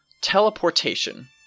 teleportation